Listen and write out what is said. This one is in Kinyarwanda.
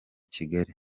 kigali